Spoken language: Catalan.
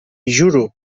juro